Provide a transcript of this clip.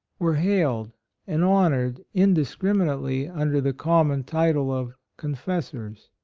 were hailed and honored in discriminately under the common title of confessors.